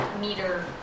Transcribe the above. meter